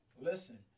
Listen